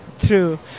True